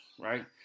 right